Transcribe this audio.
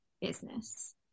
business